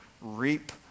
reap